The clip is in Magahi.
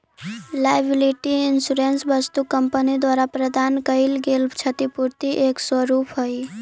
लायबिलिटी इंश्योरेंस वस्तु कंपनी द्वारा प्रदान कैइल गेल क्षतिपूर्ति के एक स्वरूप हई